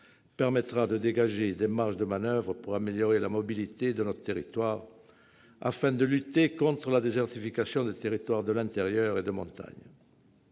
permettra de dégager des marges de manoeuvre pour améliorer la mobilité sur notre territoire, afin de lutter contre la désertification des territoires de l'intérieur et de montagne.